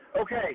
Okay